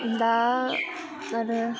दा आरो